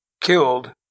killed